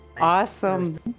awesome